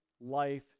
life